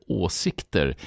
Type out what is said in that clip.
åsikter